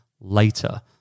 later